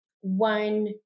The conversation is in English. one